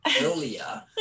earlier